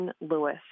Lewis